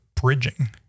bridging